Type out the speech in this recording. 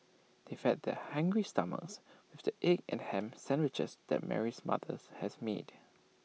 they fed their hungry stomachs with the egg and Ham Sandwiches that Mary's mothers has made